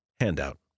Handout